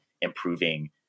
improving